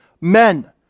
Men